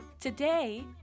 Today